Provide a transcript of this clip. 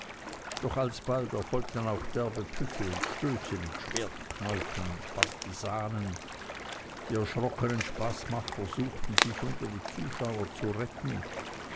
doch alsobald erfolgten auch derbe püffe und stöße mit schwertknäufen und partisanen die erschrockenen spaßmacher suchten sich unter die zuschauer zu retten